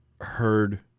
heard